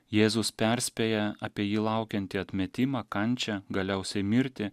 jėzus perspėja apie jį laukiantį atmetimą kančią galiausiai mirtį